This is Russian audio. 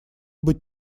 быть